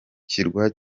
kirwa